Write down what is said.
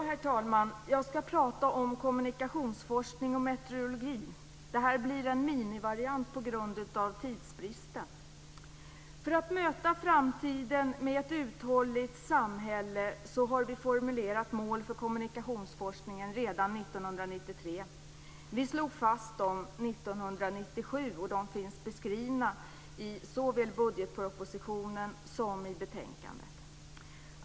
Herr talman! Jag skall tala om kommunikationsforskning och meteorologi. Det blir en minivariant på grund av tidsbristen. För att möta framtiden med ett uthålligt samhälle har vi formulerat mål för kommunikationsforskningen redan 1993. Vi slog fast dem 1997, och de finns beskrivna såväl i budgetpropositionen som i betänkandet.